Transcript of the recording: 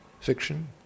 fiction